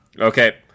okay